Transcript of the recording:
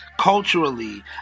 culturally